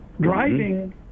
Driving